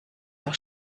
auch